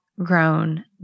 grown